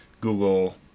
Google